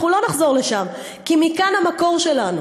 אנחנו לא נחזור לשם, כי מכאן המקור שלנו